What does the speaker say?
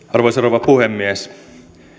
arvoisa rouva puhemies